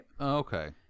Okay